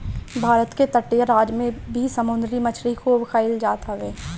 भारत के तटीय राज में भी समुंदरी मछरी खूब खाईल जात हवे